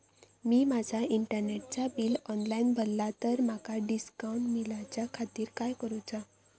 मी माजा इंटरनेटचा bill online भरला तर माका डिस्काउंट मिलाच्या खातीर काय करुचा?